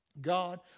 God